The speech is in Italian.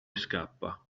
scappa